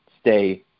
stay